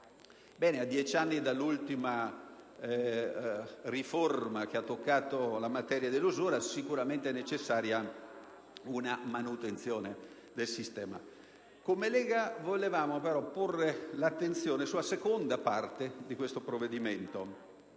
A dieci anni dall'ultima riforma in materia, era sicuramente necessaria una manutenzione del sistema. Come Lega volevamo però porre l'attenzione sulla seconda parte di questo provvedimento,